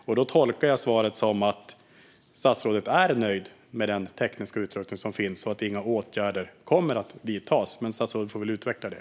Där tolkar jag svaret som att statsrådet är nöjd med den tekniska utrustning som finns och att inga åtgärder kommer att vidtas, men statsrådet får väl utveckla det.